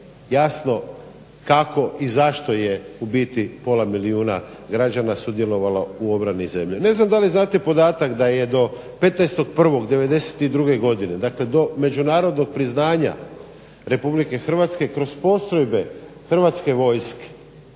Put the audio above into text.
jasno kako i zašto je u biti pola milijuna građana sudjelovalo u obrani zemlje. Ne znam da li znate podatak da je do 15.1.1992.godine dakle do međunarodnog priznanja RH kroz postrojbe Hrvatske vojske